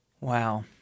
Wow